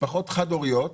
משפחות חד הוריות,